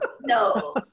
No